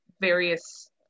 various